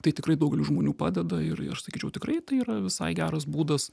tai tikrai daugeliui žmonių padeda ir aš sakyčiau tikrai tai yra visai geras būdas